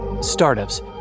Startups